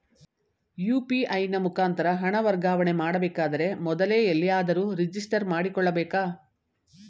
UPI ನ ಮುಖಾಂತರ ಹಣ ವರ್ಗಾವಣೆ ಮಾಡಬೇಕಾದರೆ ಮೊದಲೇ ಎಲ್ಲಿಯಾದರೂ ರಿಜಿಸ್ಟರ್ ಮಾಡಿಕೊಳ್ಳಬೇಕಾ?